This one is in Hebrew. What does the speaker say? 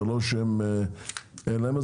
אין להם,